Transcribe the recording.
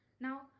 Now